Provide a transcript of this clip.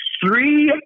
Three